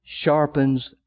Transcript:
sharpens